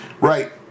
right